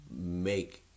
make